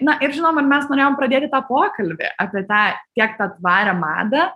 na ir žinoma ir mes norėjom pradėti tą pokalbį apie tą tiek tą tvarią madą